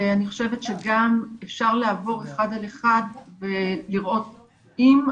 ואני חושבת שגם אפשר לעבור אחד על אחד ולראות אם,